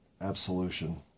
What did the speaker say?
absolution